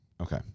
Okay